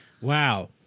Wow